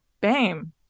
bam